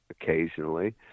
occasionally